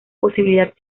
posibilidad